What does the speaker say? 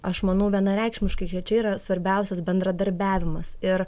aš manau vienareikšmiškai kad čia yra svarbiausias bendradarbiavimas ir